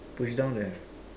push down don't have